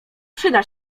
przyda